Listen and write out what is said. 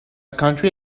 country